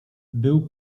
był